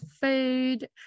food